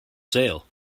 sale